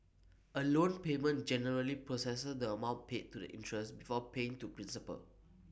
A loan payment generally processes the amount paid to interest before paying to principal